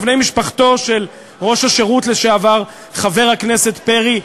ובני משפחתו של ראש השירות לשעבר חבר הכנסת פרי,